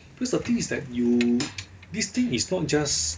cause the thing is that you this thing is not just